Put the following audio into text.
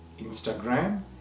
Instagram